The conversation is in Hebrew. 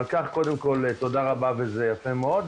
ועל כך קודם כל תודה רבה וזה יפה מאוד,